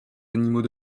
animaux